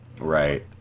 Right